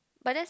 but that's